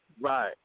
Right